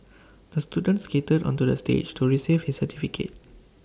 the student skated onto the stage to receive his certificate